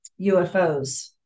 UFOs